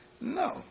no